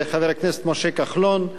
חבר הכנסת משה כחלון,